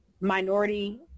minority